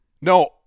No